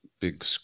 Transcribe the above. big